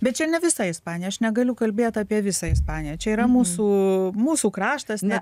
bet čia ne visa ispanija aš negaliu kalbėt apie visą ispaniją čia yra mūsų mūsų kraštas na